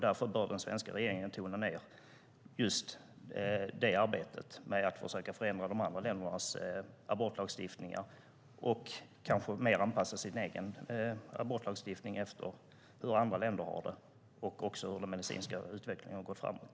Därför bör den svenska regeringen tona ned arbetet med att försöka förändra de andra ländernas abortlagstiftning och kanske mer anpassa sin egen abortlagstiftning efter hur andra länder har det och efter att den medicinska utvecklingen har gått framåt.